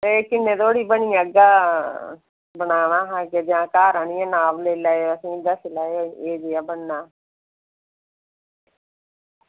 ते एह् किन्ने धोड़ी बनी जाह्ग बनाना हा जां घर आह्नियै नाप लेई लैएओ दस्सी लैएओ एह् जेहा बनना